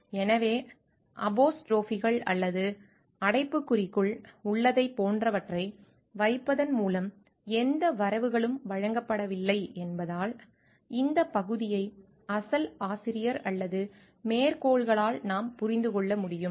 எனவே அபோஸ்ட்ரோபிகள் அல்லது அடைப்புக்குறிக்குள் உள்ளதைப் போன்றவற்றை வைப்பதன் மூலம் எந்த வரவுகளும் வழங்கப்படவில்லை என்பதால் இந்த பகுதியை அசல் ஆசிரியர் அல்லது மேற்கோள்களால் நாம் புரிந்து கொள்ள முடியும்